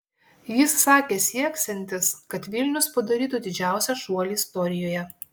jis sakė sieksiantis kad vilnius padarytų didžiausią šuolį istorijoje